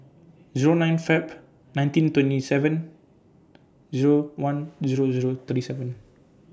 Zero nine February nineteen twenty seven Zero one Zero Zero thirty seven